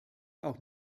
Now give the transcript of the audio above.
auch